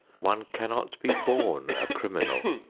one cannot be born a criminal.